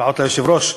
לפחות ליושב-ראש,